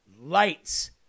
lights